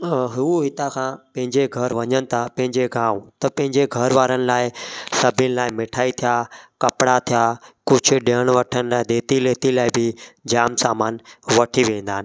हू हितां खां पंहिंजे घरु वञनि था पंहिंजे गांव त पंहिंजे घरु वारनि लाइ सभिनि लाइ मिठाई थिया कपिड़ा थिया कुझु ॾियणु वठण लाइ ॾेती लेती लाइ बि जामु सामानु वठी वेंदा आहिनि